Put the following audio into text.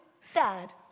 sad